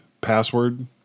password